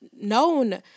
known